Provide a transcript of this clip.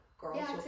girls